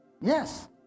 Yes